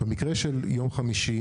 במקרה של יום חמישי,